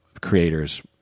creators